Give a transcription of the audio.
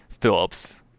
Phillips